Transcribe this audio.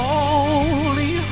Holy